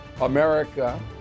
America